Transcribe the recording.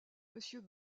monsieur